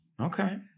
Okay